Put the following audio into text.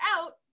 out